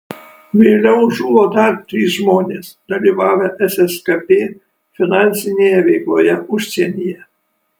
vėliau žuvo dar trys žmonės dalyvavę sskp finansinėje veikloje užsienyje